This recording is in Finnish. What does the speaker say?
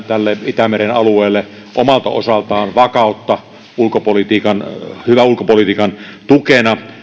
tälle itämeren alueelle omalta osaltaan vakautta hyvän ulkopolitiikan tukena